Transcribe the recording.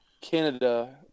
Canada